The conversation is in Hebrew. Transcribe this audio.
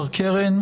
הישראלית,